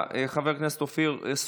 חבר הכנסת אופיר סופר,